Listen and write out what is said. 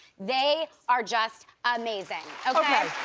they are just amazing, okay?